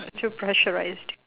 too pressurised